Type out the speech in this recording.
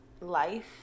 life